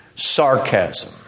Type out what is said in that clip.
Sarcasm